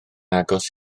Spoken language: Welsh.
agos